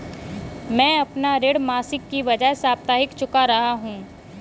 मैं अपना ऋण मासिक के बजाय साप्ताहिक चुका रहा हूँ